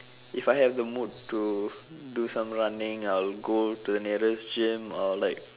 if I have the mood to do some running I'll go to the nearest gym or like